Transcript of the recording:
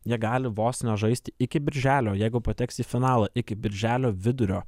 jie gali vos ne žaisti iki birželio jeigu pateks į finalą iki birželio vidurio